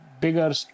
bigger